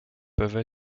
peuvent